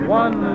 one